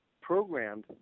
programmed